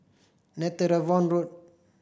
Netheravon Road